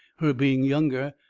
her being younger,